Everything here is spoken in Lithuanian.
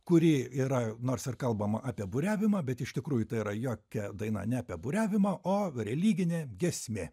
kuri yra nors kalbama apie buriavimą bet iš tikrųjų tai yra jokia daina ne apie buriavimą o religinė giesmė